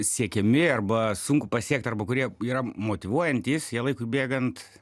siekiami arba sunku pasiekti arba kurie yra motyvuojantys jie laikui bėgant